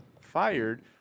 fired